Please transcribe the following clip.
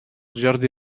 jordi